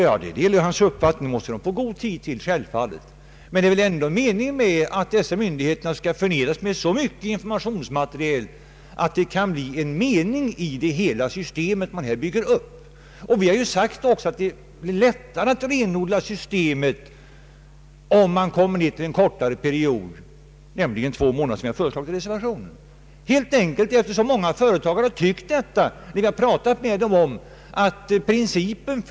Jag delar denna uppfattning, men det är väl ändå meningen att dessa myndigheter skall få så mycket informationsmaterial att det kan bli en mening i det system som man här bygger upp. Vi har också sagt att det är lättare att renodla systemet om man kommer ner till en kortare period, nämligen två månader som vi föreslagit i reservationen. Detta beror helt enkelt på att många företagare har önskat detta, när vi har talat med dem.